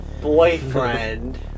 boyfriend